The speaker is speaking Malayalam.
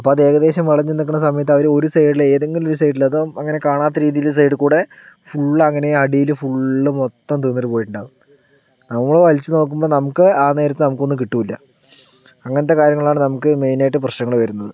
അപ്പം അത് ഏകദേശം വെളഞ്ഞു നിക്കണ സമയത്ത് അവര് ഒരു സൈഡിൽ ഏതെങ്കിലും ഒരു സൈഡിൽ അത് അങ്ങനെ കാണാത്ത രീതിയില് സൈഡിൽ കൂടെ ഫുള്ളങ്ങനെ അടിയില് ഫുള്ള് മൊത്തം തിന്നിട്ട് പോയിട്ടുണ്ടാകും നമ്മൾ വലിച്ച് നോക്കുമ്പോൾ നമുക്ക് ആ നേരത്ത് നമുക്ക് ഒന്നും കിട്ടൂല അങ്ങനത്തെ കാര്യങ്ങളാണ് നമുക്ക് മെയിനായിട്ട് പ്രശ്നങ്ങൾ വരുന്നത്